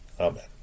Amen